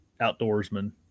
outdoorsman